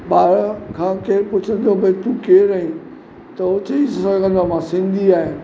ॿार खां केरु पुछंदो भई तूं केरु आहीं त उहो चई सघंदो त मां सिंधी आहियां